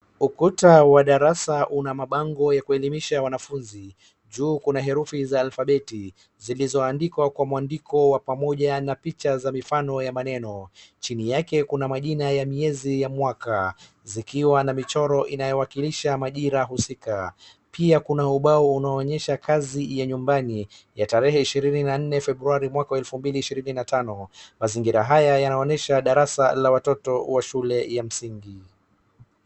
Ukuta wa darasa una mabango ya kuelimisha wanafunzi juu kuna herufi za alfabeti zilizoandikwa kwa mwandiko wa pamoja na picha za mifano ya maneno chini yake kuna majina ya miezi ya mwaka zikiwa na michora inayowakilisha majira husika pia kuna ubao unaoonyesha kazi ya nyumbani ya tarehe ishirini na nne februari mwaka wa elfu mbili ishiri na na tano mazingira haya yanonyesha darasa la watoto wa shule ya msingi.